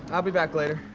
i'll be back later.